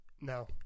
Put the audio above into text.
No